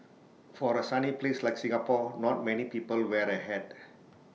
for A sunny place like Singapore not many people wear A hat